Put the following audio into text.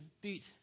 beat